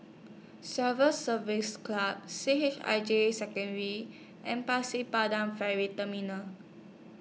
Civil Service Club C H I J Secondary and Pasir Ferry Terminal